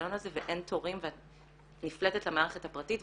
ההיריון הזה ואין תורים ואת נפלטת למערכת הפרטית,